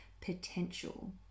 potential